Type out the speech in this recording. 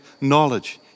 knowledge